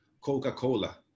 Coca-Cola